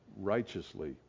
righteously